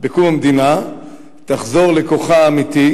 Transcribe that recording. בקום המדינה תחזור לכוחה האמיתי,